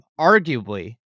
arguably